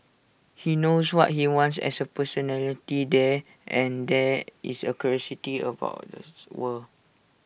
he knows what he wants as A personality there and there is A curiosity about that's world